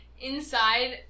inside